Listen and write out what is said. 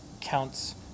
counts